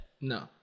No